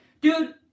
dude